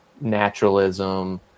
naturalism